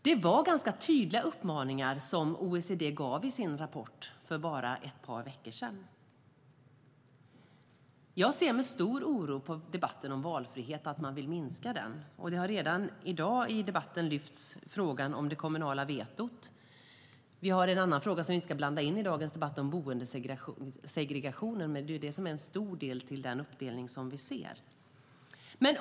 Det var ganska tydliga uppmaningar som OECD gav i sin rapport för bara ett par veckor sedan. Jag ser med stor oro på debatten om att man vill minska valfriheten. Redan i debatten i dag har man lyft fram frågan om det kommunala vetot. Vi har en annan fråga, som vi inte ska blanda in i dagens debatt, som handlar om boendesegregationen. Men den utgör en stor del av den uppdelning som vi ser.